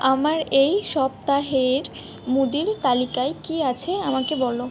আমার এই সপ্তাহের মুদির তালিকায় কি আছে আমাকে বলো